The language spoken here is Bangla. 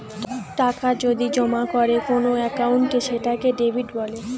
টাকা যদি জমা করে কোন একাউন্টে সেটাকে ডেবিট বলে